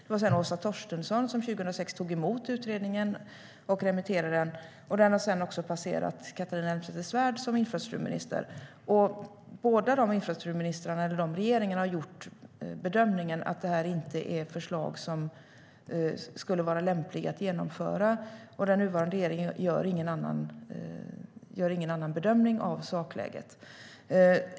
Det var sedan Åsa Torstensson som 2006 tog emot utredningen och remitterade den. Den har också passerat Catharina Elmsäter-Svärd under hennes tid som infrastrukturminister. Båda dessa infrastrukturministrar och regeringar har gjort bedömningen att detta inte är förslag som skulle vara lämpliga att genomföra. Den nuvarande regeringen gör ingen annan bedömning av sakläget.